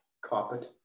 carpet